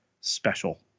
special